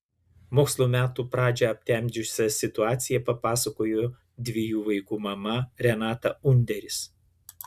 mokslo metų pradžią aptemdžiusią situaciją papasakojo dviejų vaikų mama renata underis